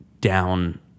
down